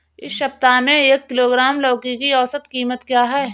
इस सप्ताह में एक किलोग्राम लौकी की औसत कीमत क्या है?